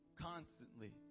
constantly